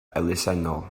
elusennol